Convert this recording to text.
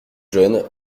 jeune